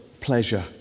pleasure